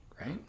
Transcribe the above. Right